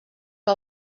que